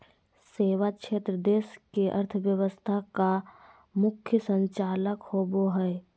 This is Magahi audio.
सेवा क्षेत्र देश के अर्थव्यवस्था का मुख्य संचालक होवे हइ